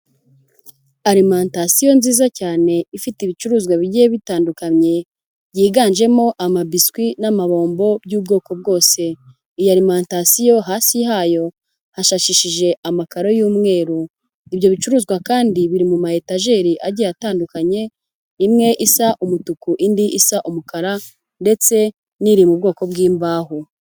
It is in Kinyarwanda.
Alimantasiyo nziza cyane ifite ibicuruzwa bigiye bitandukanye, byiganjemo amabiswi n'amabombo by'ubwoko bwose, iyi alimantasiyo hasi hayo hashashishije amakaro y'umweru, ibyo bicuruzwa kandi biri mu ma etajeri agiye atandukanye, imwe isa umutuku, indi isa umukara ndetse n'iri mu bwoko bw'imbaho.